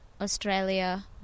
Australia